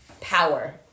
power